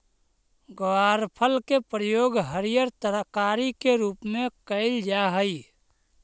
ग्वारफल के प्रयोग हरियर तरकारी के रूप में कयल जा हई